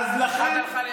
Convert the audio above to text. אחת הלכה ליש עתיד.